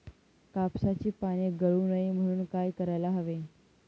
कापसाची पाने गळू नये म्हणून काय करायला हवे?